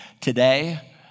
Today